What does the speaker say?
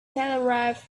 telegraph